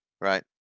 Right